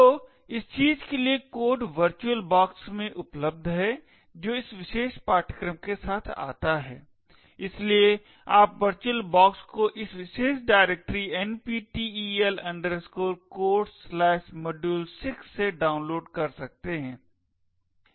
तो इस चीज़ के लिए कोड वर्चुअल बॉक्स में उपलब्ध है जो इस विशेष पाठ्यक्रम के साथ आता है इसलिए आप वर्चुअल बॉक्स को इस विशेष डायरेक्टरी NPTEL Codesmodule6 से डाउनलोड कर सकते हैं